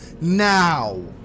Now